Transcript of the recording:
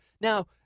Now